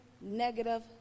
negative